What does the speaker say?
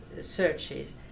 searches